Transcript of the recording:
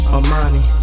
Armani